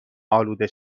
آلوده